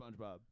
Spongebob